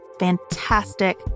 fantastic